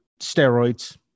steroids